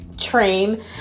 train